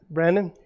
Brandon